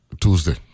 Tuesday